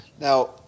Now